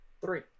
Three